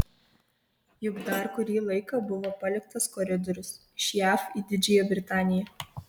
juk dar kurį laiką buvo paliktas koridorius iš jav į didžiąją britaniją